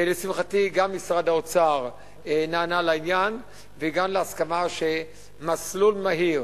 לשמחתי גם משרד האוצר נענה לעניין והגענו להסכמה שמסלול מהיר,